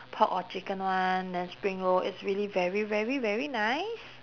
pork or chicken one then spring roll it's really very very very nice